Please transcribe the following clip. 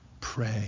Pray